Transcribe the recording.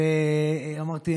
אמרתי,